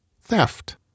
Theft